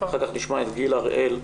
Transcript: אחר כך נשמע את גיל הראל,